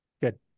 Good